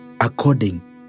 according